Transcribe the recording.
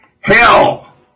Hell